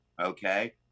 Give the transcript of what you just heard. okay